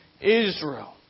Israel